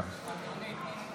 (פטור מתשלום אגרה לתאגיד השידור לאדם עם מוגבלות בשמיעה),